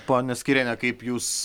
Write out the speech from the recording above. ponia skyriene kaip jūs